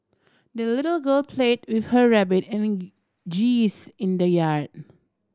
the little girl played with her rabbit and geese in the yard